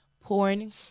porn